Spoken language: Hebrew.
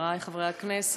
חברי חברי הכנסת,